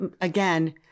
again